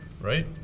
right